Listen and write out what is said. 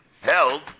held